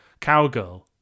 cowgirl